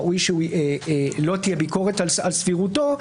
ראוי שלא תהיה ביקורת על סבירותו,